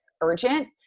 urgent